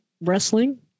wrestling